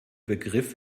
begriff